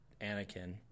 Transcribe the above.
Anakin